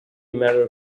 matter